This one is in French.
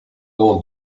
don